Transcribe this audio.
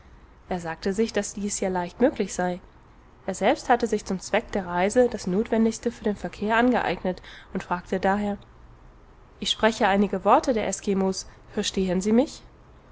er sagte sich daß dies ja leicht möglich sei er selbst hatte sich zum zweck der reise das notwendigste für den verkehr angeeignet und fragte daher ich spreche einige worte der eskimos verstehen sie mich